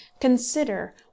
consider